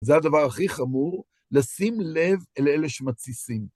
זה הדבר הכי חמור, לשים לב אל אלה שמתסיסים.